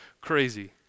crazy